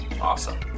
Awesome